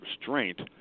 restraint